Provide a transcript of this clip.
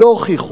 לא הוכיחו.